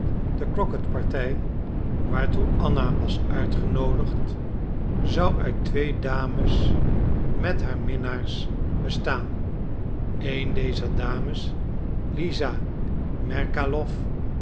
de crocketpartij waartoe anna was uitgenoodigd zou uit twee dames met haar minnaars bestaan een dezer dames lisa merkalow